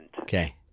Okay